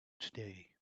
today